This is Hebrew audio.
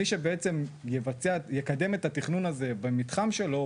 מי שבעצם יקדם את התכנון הזה במתחם שלו,